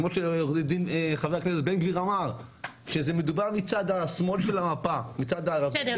כשעו"ד חבר הכנסת בן גביר אמר שזה מדובר מצד שמאל של המפה -- בסדר,